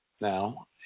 now